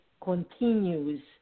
continues